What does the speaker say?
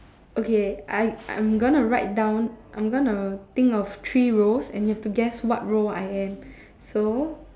okay I I'm gonna write down I'm gonna think of three roles and you have to guess what role I am so